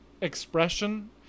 expression